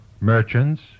merchants